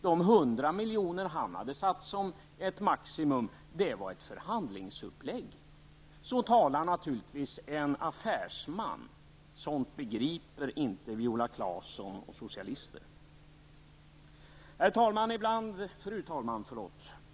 De 100 miljoner som han hade satt som ett maximum var ett förhandlingsupplägg. Så talar naturligtvis en affärsman, men sådant begriper inte Fru talman!